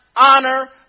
honor